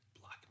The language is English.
black